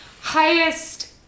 highest